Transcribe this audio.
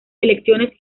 elecciones